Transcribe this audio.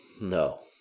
no